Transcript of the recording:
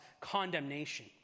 condemnation